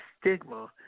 stigma